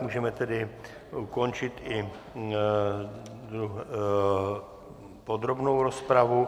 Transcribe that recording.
Můžeme tedy ukončit i podrobnou rozpravu.